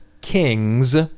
King's